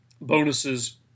bonuses